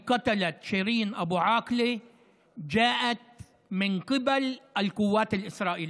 שירין אבו עאקלה הגיע מכוחות הביטחון הישראליים.